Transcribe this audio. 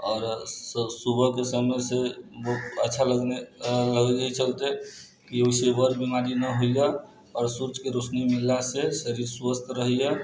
आओर सुबह के समय से अच्छा लगैया एहि चलते कि ओहि से बर बीमारी नहि होइए आ सूर्ज के रोशनी मिलला से शरीर स्वस्थ रहैया